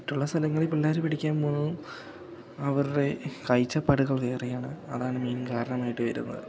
മറ്റുള്ള സ്ഥലങ്ങളിൽ പിള്ളേര് പഠികാൻ പോകുന്നതും അവരുടെ കാഴ്ചപ്പാടുകൾ വേറെയാണ് അതാണ് മെയിൻ കാരണമായിട്ടു വരുന്നത്